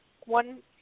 one